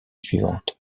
suivante